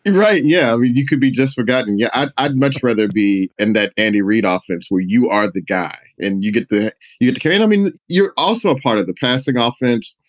and right? yeah. you could be just forgotten. yeah. i'd i'd much rather be in that andy reid ah offense where you are the guy and you get the you to carry it. i mean you're also ah part of the passing ah offense.